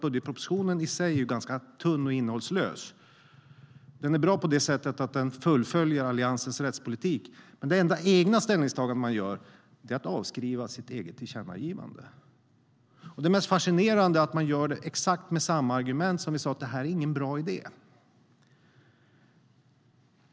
Budgetpropositionen i sig är nämligen ganska tunn och innehållslös, även om den är bra på det sättet att den fullföljer Alliansens rättspolitik. Det enda egna ställningstagandet man gör är dock att man avskriver sitt eget tillkännagivande. Det mest fascinerande är att man gör det med samma argument som vi använde när vi sa att det inte är en bra idé.